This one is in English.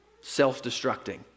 self-destructing